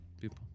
people